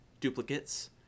duplicates